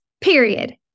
period